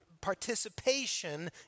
participation